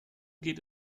geht